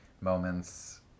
moments